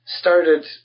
started